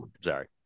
Sorry